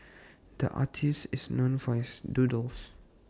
the artist is known for his doodles